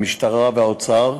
המשטרה והאוצר,